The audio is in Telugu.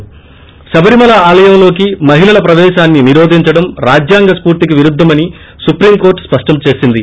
ి శబరిమల ఆలయంలోకి మహిళల ప్రపేశాన్ని నిరోధించడం రాజ్యాంగ స్పూర్తికి విరుద్దమని సుప్రీం కోర్టు స్పష్టం చేసింది